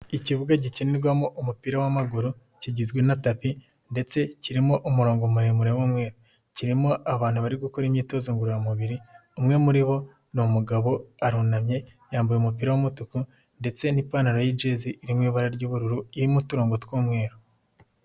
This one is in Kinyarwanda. Ikibuga gikinirwamo umupira w'amaguru, kigizwe na tapi ndetse kirimo umurongo muremure w'umweru. Kirimo abantu bari gukora imyitozo ngororamubiri, umwe muri bo ni umugabo arunamye yambaye umupira w'umutuku ndetse n'ipantaro y'ijezi iri mu ibara ry'ubururu, irimo uturongo tw'umweru.